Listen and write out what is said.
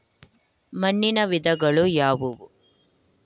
ಮಣ್ಣಿನ ವಿಧಗಳು ಯಾವುವು?